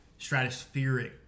stratospheric